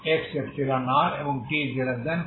x∈R এবং t0